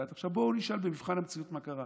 עכשיו, בואו נשאל במבחן המציאות מה קרה.